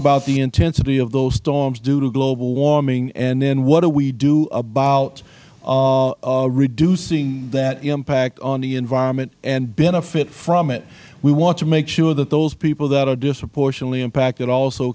about the intensity of those storms due to global warming and then what do we do about reducing that impact on the environment and benefit from it we want to make sure that those people that are disproportionately impacted also